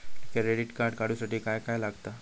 Credit card काढूसाठी काय काय लागत?